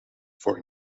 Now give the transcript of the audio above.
for